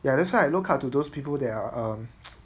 ya that's why I look up to those people that are um